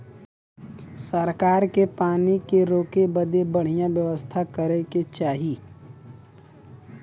सरकार के पानी के रोके बदे बढ़िया व्यवस्था करे के चाही